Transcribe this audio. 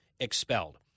Expelled